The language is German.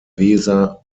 weser